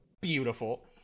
Beautiful